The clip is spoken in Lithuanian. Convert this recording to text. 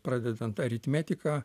pradedant aritmetika